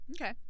Okay